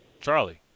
Charlie